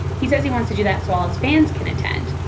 he says he wants to do that so all his fans can attend.